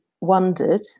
wondered